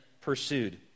pursued